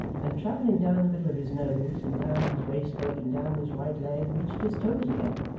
and travelling down the middle of his nose and down his waistcoat and down his right leg, reached his toes again,